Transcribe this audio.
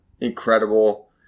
Incredible